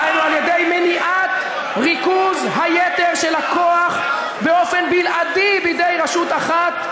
דהיינו על-ידי מניעת ריכוז היתר של הכוח באופן בלעדי בידי רשות אחת,